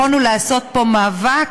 יכולנו לעשות פה מאבק,